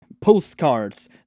postcards